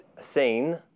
seen